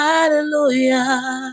Hallelujah